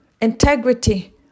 integrity